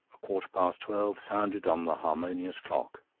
a quarter-past twelve sounded on the harmonious clock.